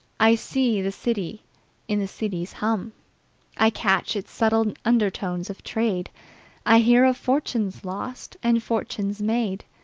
i see the city in the city's hum i catch its subtle undertone of trade i hear of fortunes lost and fortunes made,